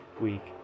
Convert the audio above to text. week